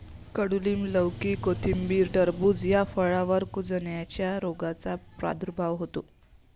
कडूलिंब, लौकी, कोथिंबीर, टरबूज या फळांवर कुजण्याच्या रोगाचा प्रादुर्भाव होतो